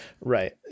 right